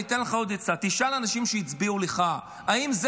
אני אתן לך עוד עצה: תשאל אנשים שהצביעו לך אם זה